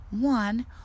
One